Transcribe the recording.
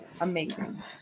Amazing